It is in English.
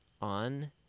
on